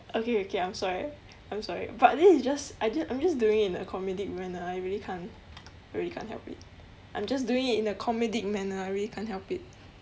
okay okay I'm sorry I'm sorry but this is just I just I'm just doing it in a comedic manner I really can't I really can't help it I'm just doing it in a comedic manner I really can't help it